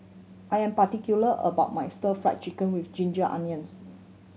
I am particular about my Stir Fry Chicken with ginger onions